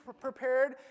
prepared